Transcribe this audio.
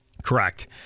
Correct